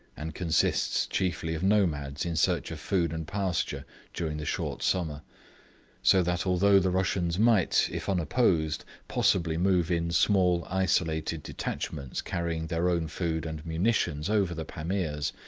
and consists chiefly of nomads in search of food and pasture during the short summer so that although the russians might, if unopposed, possibly move in small isolated detachments carrying their own food and munitions over the pamirs,